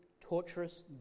torturous